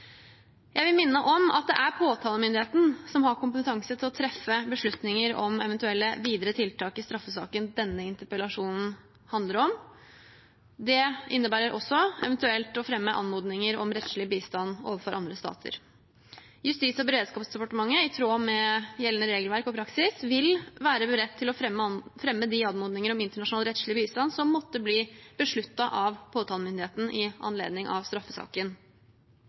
Jeg vil minne om at det er påtalemyndigheten som har kompetanse til å treffe beslutninger om eventuelle videre tiltak i straffesaken denne interpellasjonen handler om. Det innebærer også eventuelt å fremme anmodninger om rettslig bistand overfor andre stater. Justis- og beredskapsdepartementet vil, i tråd med gjeldende regelverk og praksis, være beredt til å fremme de anmodninger om internasjonal rettslig bistand som måtte bli besluttet av påtalemyndigheten i anledning av straffesaken.